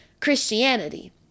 Christianity